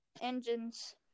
Engines